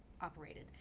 operated